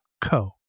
co